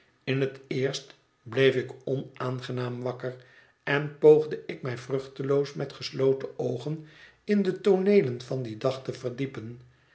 in het eerst bleef ik onaangenaam wakker en poogde ik mij vruchteloos met gesloten oogen in de tooneelen van dien dag te verdiepen